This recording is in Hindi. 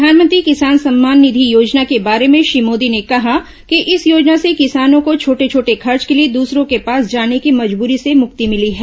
प्रधानमंत्री किसान सम्मान निधि योजना के बारे में श्री मोदी ने कहा कि इस योजना से किसानों को छोटे छोटे खर्च के लिए दूसरों के पास जाने की मजबूरी से मुक्ति मिली है